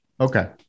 Okay